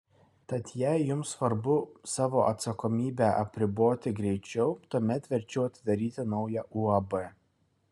tad jei jums svarbu savo atsakomybę apriboti greičiau tuomet verčiau atidaryti naują uab